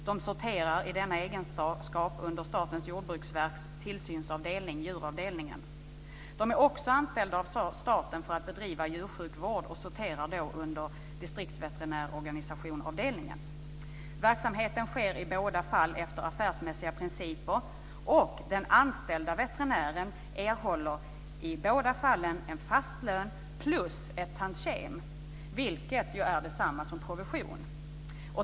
De sorterar i denna egenskap under Statens jordbruksverks tillsynsavdelning, djuravdelningen. De är också anställda av staten för att bedriva djursjukvård och sorterar då under distriktsveterinärorganisationsavdelningen. Verksamheten sker i båda fallen efter affärsmässiga principer, och den anställde veterinären erhåller i båda fallen en fast lön plus ett tantiem, vilket ju är detsamma som provision.